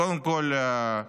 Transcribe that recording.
קודם כול,